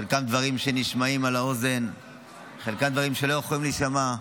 חלקם דברים שלא יכולים להישמע.